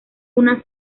una